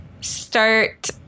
start